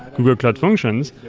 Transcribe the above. google cloud functions,